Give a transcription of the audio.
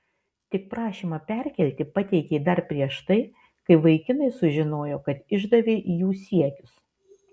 tik prašymą perkelti pateikei dar prieš tai kai vaikinai sužinojo kad išdavei jų siekius